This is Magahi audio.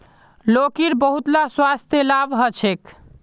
लौकीर बहुतला स्वास्थ्य लाभ ह छेक